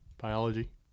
Biology